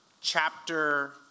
chapter